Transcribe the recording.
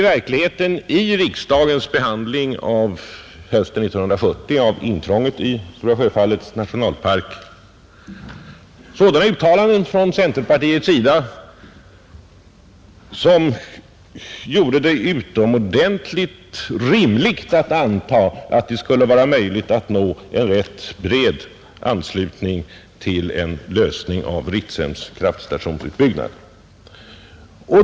Vid riksdagens behandling hösten 1970 av intrånget i Stora Sjöfallets nationalpark förekom sådana uttalanden från centerpartiets sida, att det var utomordentligt rimligt att anta att det skulle vara möjligt att nå en ganska bred anslutning kring en utbyggnad av Ritsems kraftstation.